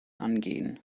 angehen